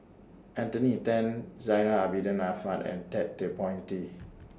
Anthony Then Zainal Abidin Ahmad and Ted De Ponti